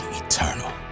eternal